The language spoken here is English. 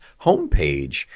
homepage